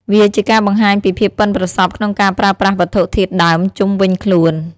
វាជាការបង្ហាញពីភាពប៉ិនប្រសប់ក្នុងការប្រើប្រាស់វត្ថុធាតុដើមជុំវិញខ្លួន។